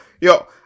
yo